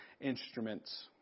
instruments